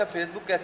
Facebook